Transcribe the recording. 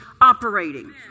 operating